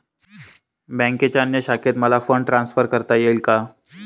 बँकेच्या अन्य शाखेत मला फंड ट्रान्सफर करता येईल का?